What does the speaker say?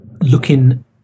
looking